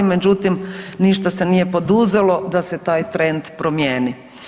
Međutim, ništa se nije poduzelo da se taj trend promijeni.